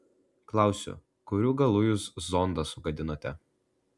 klausiu kurių galų jūs zondą sugadinote